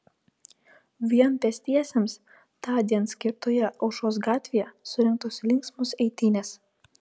vien pėstiesiems tądien skirtoje aušros gatvėje surengtos linksmos eitynės